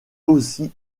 aussi